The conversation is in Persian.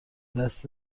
دست